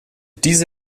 diese